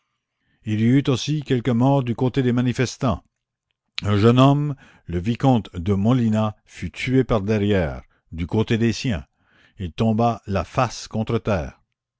il y eut aussi quelques morts du côté des manifestants un jeune homme le vicomte de molinat fut tué par derrière du côté des siens il tomba la face contre terre